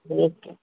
okay